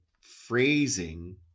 phrasing